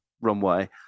runway